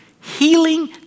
healing